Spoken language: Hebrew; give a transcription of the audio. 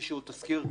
כרטיס נטען.